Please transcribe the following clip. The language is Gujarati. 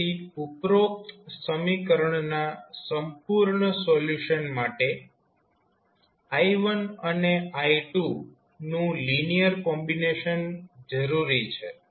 તેથી ઉપરોક્ત સમીકરણના સંપૂર્ણ સોલ્યુશન માટે i1 અને i2 નું લિનિયર કોમ્બિનેશન જરૂરી છે